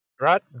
Right